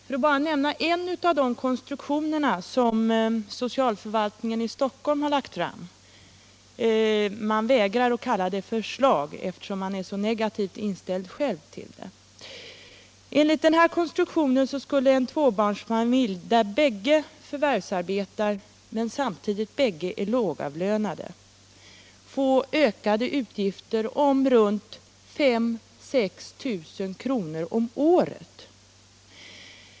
Låt mig bara nämna en av de konstruktioner som socialförvaltningen i Stockholm har lagt fram — man vägrar att kalla dem förslag, eftersom man själv är så negativt inställd till dem. Enligt denna konstruktion skulle en tvåbarnsfamilj, där bägge föräldrarna förvärvsarbetar men samtidigt bägge är lågavlönade, få ökade utgifter på i runt tal 5 000-6 000 kr. om året.